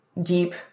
deep